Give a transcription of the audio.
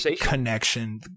connection